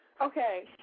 Okay